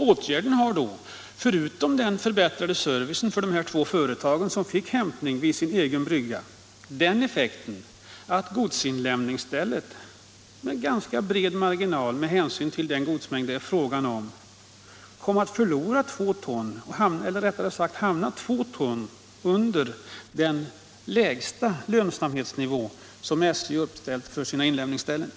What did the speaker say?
Åtgärden har då, förutom den förbättrade servicen för de två företag som fick hämtning vid sin egen brygga, den effekten att godsinlämningsstället med ganska bred marginal kommer att hamna under den lägsta lönsamhetsnivå som SJ uppställt för sina inlämningsställen.